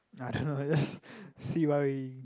I don't know just see what we